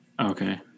okay